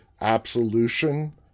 absolution